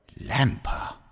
Lamper